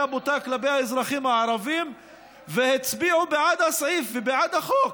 בוטה כלפי האזרחים הערבים והצביעו בעד הסעיף ובעד החוק.